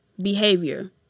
behavior